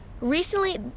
recently